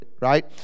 Right